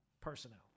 personnel